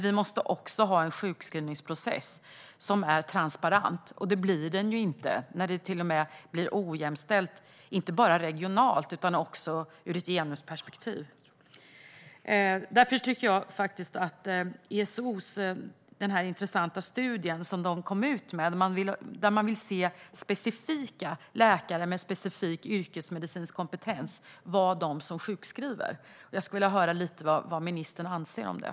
Vi måste också ha en sjukskrivningsprocess som är transparent, och det blir den ju inte när det till och med är ojämställt inte bara regionalt utan också ur ett genusperspektiv. Därför tycker jag att studien från ESO, där man vill se att det är specifika läkare med specifik yrkesmedicinsk kompetens som sjukskriver, är intressant. Jag skulle vilja höra lite vad ministern anser om det.